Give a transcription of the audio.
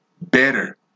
better